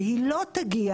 והיא לא תגיע